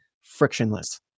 frictionless